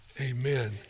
Amen